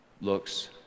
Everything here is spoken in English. looks